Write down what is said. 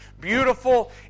beautiful